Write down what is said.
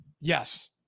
yes